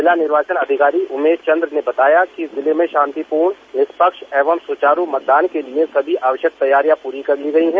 जिला निर्वाचन अधिकारी उमंश चन्द्र ने बताया कि जिले में शांतिपूर्ण निष्पक्ष एवं सुचारू मतदान के लिए सभी आवश्वक तैयारियां पूरी कर ली गयी हैं